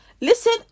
Listen